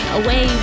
away